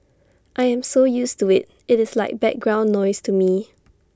I am so used to IT it is like background noise to me